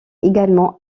également